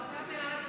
כלומר אתה בעד,